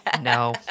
No